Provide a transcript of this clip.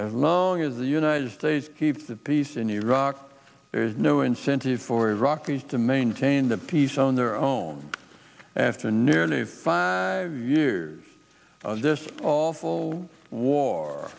as long as the united states keep the peace in iraq is no incentive for iraqis to maintain the peace on their own after nearly five years this awful war